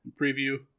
preview